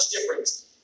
different